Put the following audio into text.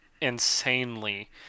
insanely